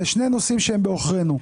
אלה שני נושאים שבעוכרינו.